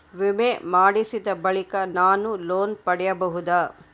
ವಿಮೆ ಮಾಡಿಸಿದ ಬಳಿಕ ನಾನು ಲೋನ್ ಪಡೆಯಬಹುದಾ?